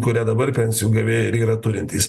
kurią dabar pensijų gavėjai ir yra turintys